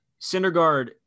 Syndergaard